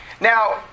Now